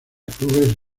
clubes